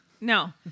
no